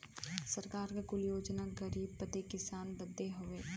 सरकार के कुल योजना गरीब बदे किसान बदे हउवे